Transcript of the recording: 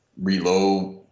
Reload